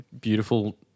beautiful